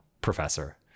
professor